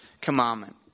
commandment